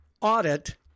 audit